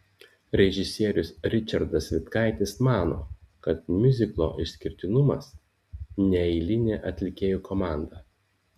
režisierius ričardas vitkaitis mano kad miuziklo išskirtinumas neeilinė atlikėjų komanda